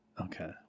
okay